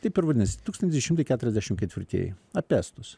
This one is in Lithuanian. taip ir vadinasi tūkstantis devyni šimtai keturiasdešim ketvirtieji apie estus